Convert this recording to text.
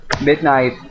Midnight